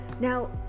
Now